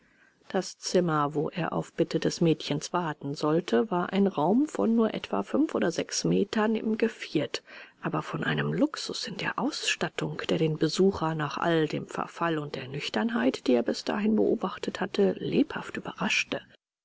das zimmer wo er auf bitte des mädchens warten sollte war ein raum von nur etwa fünf oder sechs metern im geviert aber von einem luxus in der ausstattung der den besucher nach all dem verfall und der nüchternheit die er bis dahin beobachtet hatte lebhaft überraschte